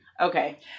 okay